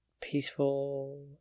peaceful